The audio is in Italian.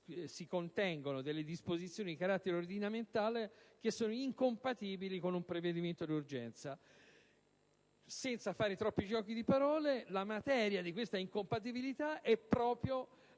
contenute delle disposizioni di carattere ordinamentale incompatibili con un provvedimento d'urgenza. Senza fare troppi giochi di parole, la materia di questa incompatibilità è proprio